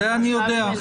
את זה אני יודע.